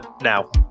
now